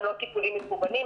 גם לא טיפולים מקוונים.